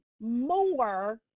more